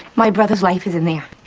my brother's life is in there.